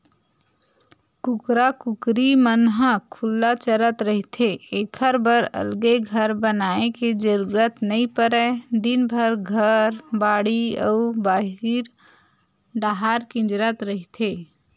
कुकरा कुकरी मन ह खुल्ला चरत रहिथे एखर बर अलगे घर बनाए के जरूरत नइ परय दिनभर घर, बाड़ी अउ बाहिर डाहर किंजरत रहिथे